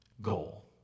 Goal